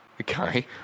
Okay